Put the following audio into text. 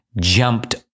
jumped